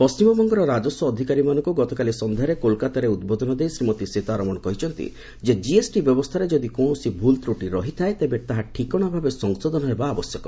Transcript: ପଶ୍ଚିମବଙ୍ଗର ରାଜସ୍ୱ ଅଧିକାରୀମାନଙ୍କୁ ଗତକାଲି ସନ୍ଧ୍ୟାରେ କୋଲକାତାରେ ଉଦ୍ବୋଧନ ଦେଇ ଶ୍ରୀମତୀ ସୀତାରମଣ କରିଛନ୍ତି ଯେ ଜିଏସ୍ଟି ବ୍ୟବସ୍ଥାରେ ଯଦି କୌଣସି ଭୁଲ୍ ତ୍ରୁଟି ରହିଥାଏ ତେବେ ତାହା ଠିକଣା ଭାବେ ସଂଶୋଧନ ହେବା ଆବଶ୍ୟକ